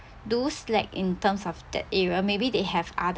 do slack in terms of that area maybe they have other